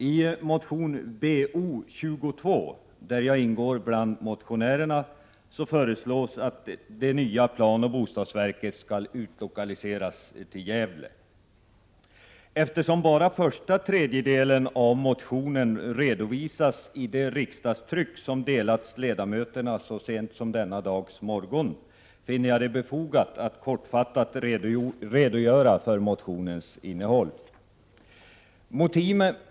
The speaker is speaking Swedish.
I motion Bo22, där jag ingår bland motionärerna, föreslås att det nya planoch bostadsverket skall utlokaliseras till Gävle. Eftersom bara den första tredjedelen av motionen redovisas i det riksdagstryck som delats till ledamöterna så sent som denna dags morgon, finner jag det befogat att kortfattat redogöra för motionens innehåll.